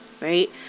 right